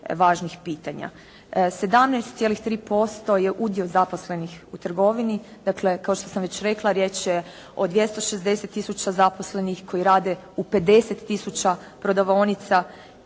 17,3% je udio zaposlenih u trgovini, dakle kao što sam već rekla riječ je o 260 tisuća zaposlenih koji rade u 50 tisuća prodavaonica,